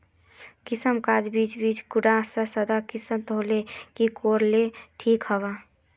किसम गाज बीज बीज कुंडा त सादा किसम होले की कोर ले ठीक होबा?